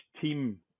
team